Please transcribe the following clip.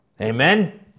Amen